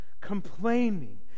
complaining